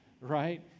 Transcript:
right